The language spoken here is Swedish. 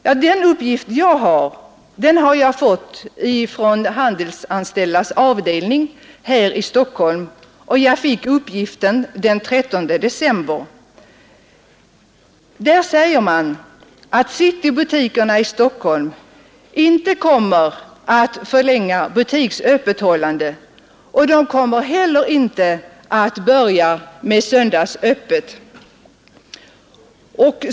Enligt en uppgift som jag har fått den 13 december från Handelsanställdas avdelning i Stockholm kommer citybutikerna i Stockholm inte att förlänga öppethållandet. De kommer heller inte att börja med söndagsöppet.